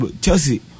Chelsea